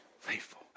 Faithful